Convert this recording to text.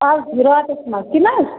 اَز راتَس منٛز چھُنا